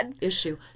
issue